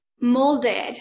molded